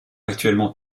actuellement